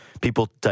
people